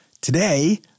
Today